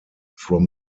from